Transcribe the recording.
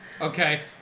Okay